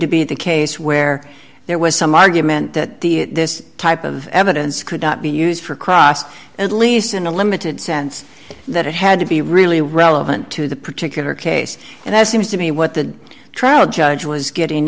to be the case where there was some argument that the this type of evidence could be used for cross at least in a limited sense that it had to be really relevant to the particular case and that seems to me what the trail judge was getting